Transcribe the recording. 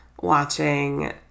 watching